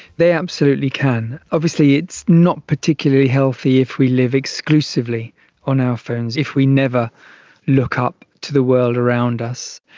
they absolutely can. obviously it's not particularly healthy if we live exclusively on our phones, if we never look up to the world around us.